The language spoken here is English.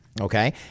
Okay